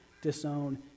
disown